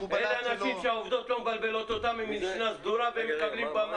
אלה אנשים שהעובדות לא מבלבלות אותם ויש להם משנה סדורה והם מקבלים במה.